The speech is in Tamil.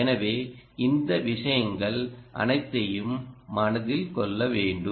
எனவே இந்த விஷயங்கள் அனைத்தையும் மனதில் கொள்ள வேண்டும்